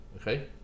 okay